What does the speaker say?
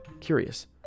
curious